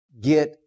get